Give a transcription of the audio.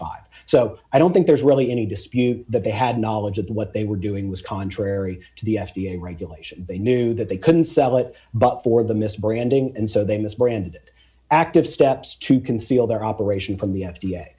five so i don't think there's really any dispute that they had knowledge of what they were doing was contrary to the f d a regulation they knew that they couldn't sell it but for the misbranding and so they missed branded active steps to conceal their operation from the f